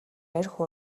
архи